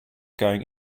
going